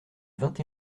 vingt